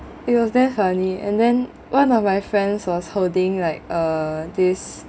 it was damn funny and then one of my friends was holding like uh this